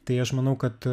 tai aš manau kad